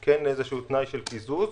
כן תנאי של קיזוז